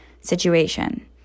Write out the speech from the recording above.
situation